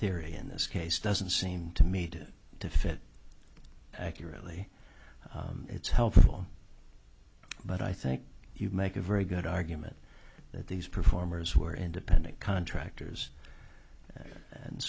theory in this case doesn't seem to me to to fit accurately it's helpful but i think you make a very good argument that these performers who are independent contractors and